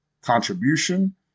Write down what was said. Contribution